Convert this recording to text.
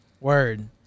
Word